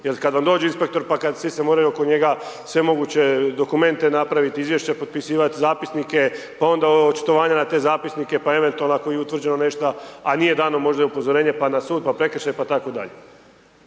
jer kad vam dođe inspektor pa kad svi se moraju oko njega, sve moguće dokumente napraviti, izvješća potpisivati, zapisnike, pa onda očitovanja na te zapisnike, pa eventualno ako je i utvrđeno nešta, a nije dano, možda je upozorenje pa na sud, pa prekršaj, pa tako dalje.